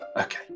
Okay